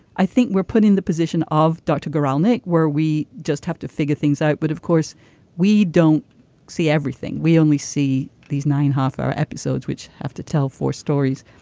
i think we're put in the position of dr guralnick where we just have to figure things out. but of course we don't see everything. we only see these nine half hour episodes which have to tell for stories.